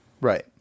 Right